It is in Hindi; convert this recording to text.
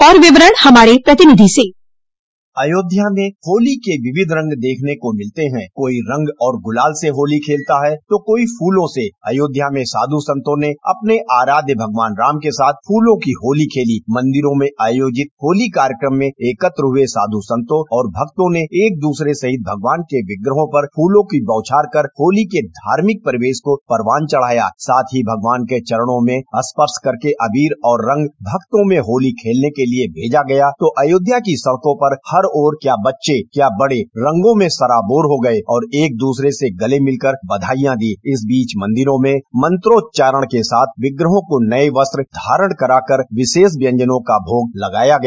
और विवरण हमारे प्रतिनिधि से अयोध्या में होली के विविध रंग देखने को मिलते हैं कोई रंग और गुलाल से होली खेलता है तो कोई फूलों से अयोध्या में साध्र संतों ने अपने अराध्य भगवान राम के साथ फूलों की होली खेली मंदिरो में आयोजित होली कार्यक्रम में एकत्र हुए साधू संतों और भक्तों ने एक दूसरे सहित भगवान के विग्रहो पर फूलों की बौछार कर होली के धार्मिक परिवेश को परवान चढ़ाया साथ ही भगवान के चरणों में स्पर्श करके अबीर और रंग भक्तों में होती खेलने के लिए भेजा गया तो अयोध्या की सड़कों पर हर ओर क्या बच्चे क्या बड़े रंगों में सराबोर हो गये और एक दूसरे से गले भिलकर बधाइयां दीं इस बीच मंदिरों में मंत्रोंचरण के साथ विग्रहों को नये वस्त्र धारण कराकर विशेष व्यंजनों का भोग लगाया गया